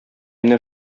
менә